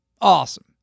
Awesome